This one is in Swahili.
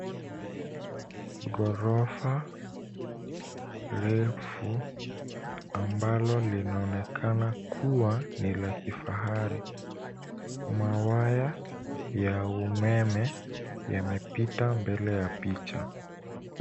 Ghorofa refu ambalo linaonekana kuwa ni la kifahari. Mawaya ya umeme yamepita mbele ya picha.